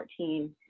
2014